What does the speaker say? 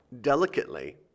delicately